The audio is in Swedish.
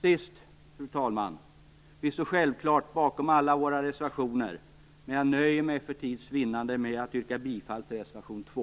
Fru talman! Vi står självklart bakom alla våra reservationer, men jag nöjer mig för tids vinnande med att yrka bifall till reservation 2.